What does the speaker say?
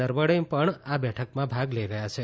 નરવણે પણ બેઠકમાં ભાગ લઇ રહ્યાં છે